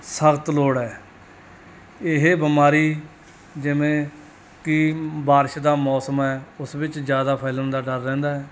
ਸਖ਼ਤ ਲੋੜ ਹੈ ਇਹ ਬਿਮਾਰੀ ਜਿਵੇਂ ਕਿ ਬਾਰਿਸ਼ ਦਾ ਮੌਸਮ ਹੈ ਉਸ ਵਿੱਚ ਜ਼ਿਆਦਾ ਫੈਲਣ ਦਾ ਡਰ ਰਹਿੰਦਾ ਹੈ